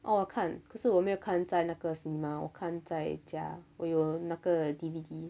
哦我看可是我没有看在那个 cinema 我看在家我有那个 D_V_D